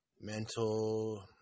mental